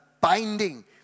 binding